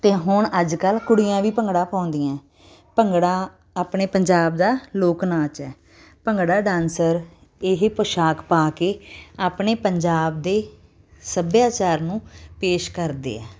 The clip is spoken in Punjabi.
ਅਤੇ ਹੁਣ ਅੱਜ ਕੱਲ੍ਹ ਕੁੜੀਆਂ ਵੀ ਭੰਗੜਾ ਪਾਉਂਦੀਆਂ ਭੰਗੜਾ ਆਪਣੇ ਪੰਜਾਬ ਦਾ ਲੋਕ ਨਾਚ ਹੈ ਭੰਗੜਾ ਡਾਂਸਰ ਇਹ ਪੋਸ਼ਾਕ ਪਾ ਕੇ ਆਪਣੇ ਪੰਜਾਬ ਦੇ ਸੱਭਿਆਚਾਰ ਨੂੰ ਪੇਸ਼ ਕਰਦੇ ਹੈ